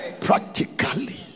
Practically